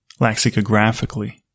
lexicographically